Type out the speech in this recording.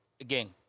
Again